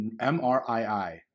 M-R-I-I